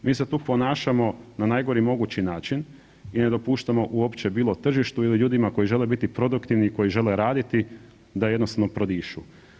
Mi se tu ponašamo na najgori mogući način i ne dopuštamo uopće bilo tržištu ili ljudima koji žele biti produktivni i koji žele raditi da jednostavno prodišu.